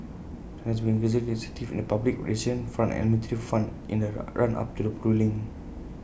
China has been increasingly assertive in the public relations front and military front in the run up to the ruling